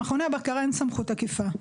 למכוני הבקרה אין סמכות עקיפה,